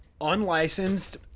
unlicensed